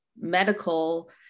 medical